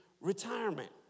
retirement